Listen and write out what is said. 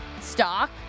stock